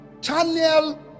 channel